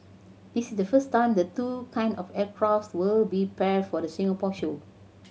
this is the first time the two kinds of aircraft will be paired for the Singapore show